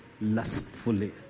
lustfully